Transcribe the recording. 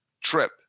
trip